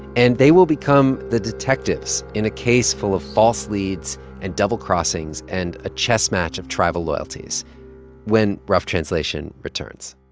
and they will become the detectives in a case full of false leads and double-crossings and a chess match of tribal loyalties when rough translation returns